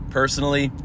personally